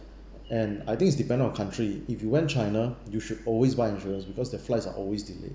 and I think it's depending on country if you went china you should always buy insurance because the flights are always delayed